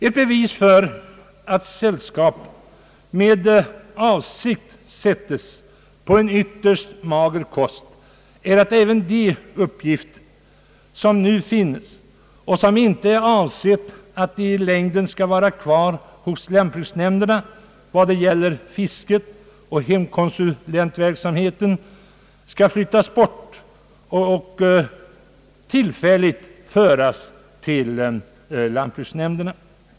Ett bevis för att sällskapen med avsikt sättes på en ytterst mager kost är att även de uppgifter som nu finnes och som inte är avsedda att i längden vara kvar hos lantbruksnämnderna — det gäller fisket och hemkonsulentverksamheten — skall flyttas bort och tillfälligt föras till lantbruksnämnderna.